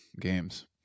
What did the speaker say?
games